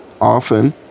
often